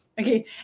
Okay